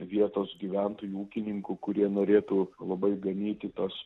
vietos gyventojų ūkininkų kurie norėtų labai ganyti tas